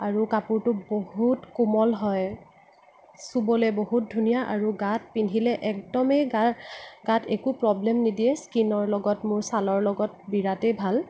আৰু কাপোৰটো বহুত কোমল হয় চুবলৈ বহুত ধুনীয়া আৰু গাত পিন্ধিলে একদমেই গাত একো প্ৰব্লেম নিদিয়ে স্কিণৰ লগত মোৰ চালৰ লগত বিৰাটেই ভাল